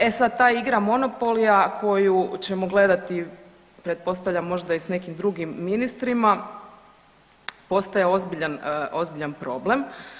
E sad ta igra monopolya koju ćemo gledati pretpostavljam možda i s nekim drugim ministrima postaje ozbiljan problem.